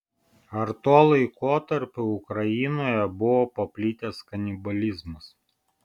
ar tuo laikotarpiu ukrainoje buvo paplitęs kanibalizmas